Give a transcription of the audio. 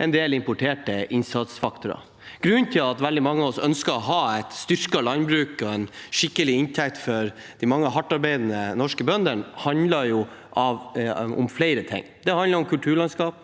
en del importerte innsatsfaktorer. Det at veldig mange av oss ønsker et styrket landbruk og en skikkelig inntekt for de mange hardtarbeidende norske bøndene, handler om flere ting. Det handler om kulturlandskap,